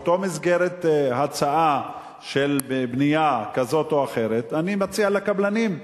באותה הצעה לבנייה כזאת או אחרת אני מציע לקבלנים: